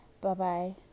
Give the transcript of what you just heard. Bye-bye